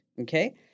Okay